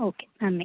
okay നന്ദി